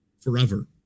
forever